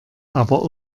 aber